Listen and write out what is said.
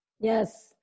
Yes